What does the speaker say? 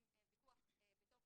אני מרגישה לא נוח לקיים ויכוח בתוך